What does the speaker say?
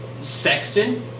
Sexton